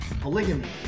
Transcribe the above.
Polygamy